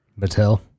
Mattel